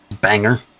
banger